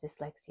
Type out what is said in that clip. dyslexia